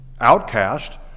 outcast